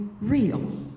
real